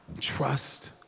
trust